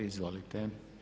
Izvolite.